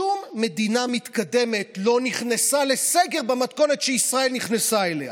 שום מדינה מתקדמת לא נכנסה לסגר במתכונת שישראל נכנסה אליה.